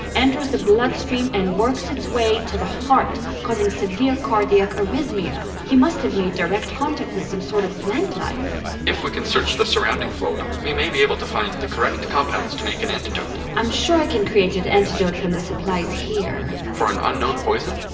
enters the bloodstream, and works its way to the heart causing severe cardiac arrhythmia. he must have made direct contact with some sort of plant life if we can search the surrounding flora we may be able to find the correct compounds to make an antidote i'm sure i can create an antidote from the supplies here for an unknown poison?